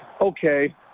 okay